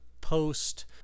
post